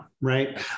right